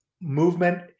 movement